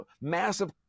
massive